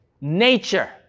nature